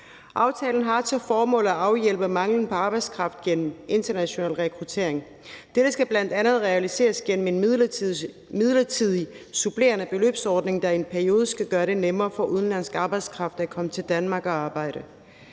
Aftalen har til formål at afhjælpe manglen på arbejdskraft gennem international rekruttering. Dette skal bl.a. realiseres igennem en midlertidig, supplerende beløbsordning, der i en periode skal gøre det nemmere for udenlandsk arbejdskraft at komme til Danmark at arbejde.